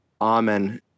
Amen